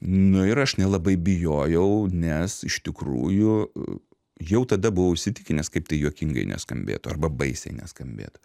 nu ir aš nelabai bijojau nes iš tikrųjų jau tada buvau įsitikinęs kaip tai juokingai neskambėtų arba baisiai neskambėtų